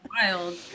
wild